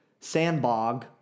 Sandbog